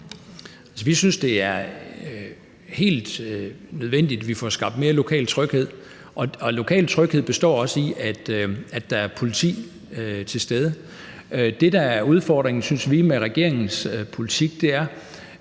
Vi synes, det er helt nødvendigt, at vi får skabt mere lokal tryghed. Lokal tryghed består også i, at der er politi til stede. Det, som vi synes er udfordringen med regeringens politik, er,